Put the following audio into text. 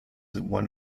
one